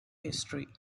history